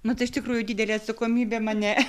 nu tai iš tikrųjų didelė atsakomybė mane